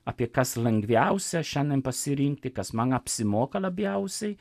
apie kas lengviausia šiandien pasirinkti kas man apsimoka labiausiai